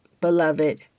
beloved